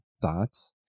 thoughts